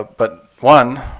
but one,